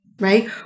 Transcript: right